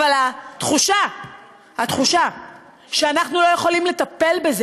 אבל התחושה שאנחנו לא יכולים לטפל בזה